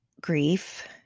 grief